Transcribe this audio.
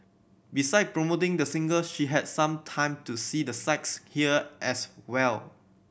beside promoting the single she had some time to see the sights here as well